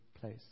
place